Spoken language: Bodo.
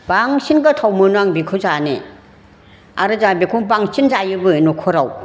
बांसिन गोथाव मोनो आं बेखौ जानो आरो जाहा बेखौ बांसिन जायोबो न'खराव